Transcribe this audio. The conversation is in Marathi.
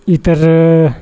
इतर